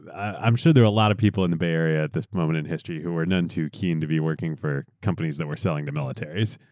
i'm sure there are a lot of people in the bay area at this moment in history who were none too keen to be working for companies that were selling to militaries.